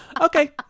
Okay